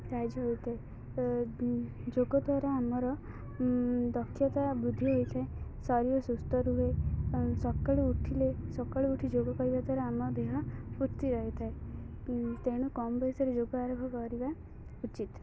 ସାହାଯ୍ୟ ହୋଇଥାଏ ଯୋଗ ଦ୍ୱାରା ଆମର ଦକ୍ଷତା ବୃଦ୍ଧି ହୋଇଥାଏ ଶରୀର ସୁସ୍ଥ ରୁହେ ସକାଳୁ ଉଠିଲେ ସକାଳୁ ଉଠି ଯୋଗ କରିବା ଦ୍ୱାରା ଆମ ଦେହ ଫୁର୍ତ୍ତି ରହିଥାଏ ତେଣୁ କମ୍ ବୟସରେ ଯୋଗ ଆରମ୍ଭ କରିବା ଉଚିତ୍